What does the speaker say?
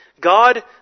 God